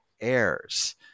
heirs